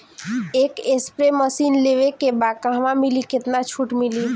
एक spray machine लेवे के बा कहवा मिली केतना छूट मिली?